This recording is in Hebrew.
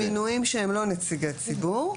המינויים שהם לא נציגי ציבור,